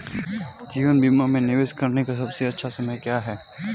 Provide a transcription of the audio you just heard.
जीवन बीमा में निवेश करने का सबसे अच्छा समय क्या है?